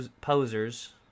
posers